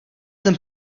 ten